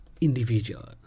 individual